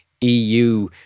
EU